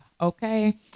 okay